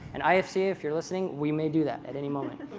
and ifc, if you're listening, we may do that at any moment.